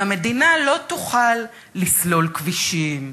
והמדינה לא תוכל לסלול כבישים,